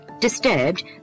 Disturbed